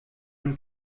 man